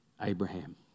Abraham